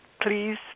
please